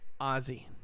Ozzy